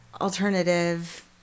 alternative